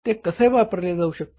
ते कसे वापरले जाऊ शकते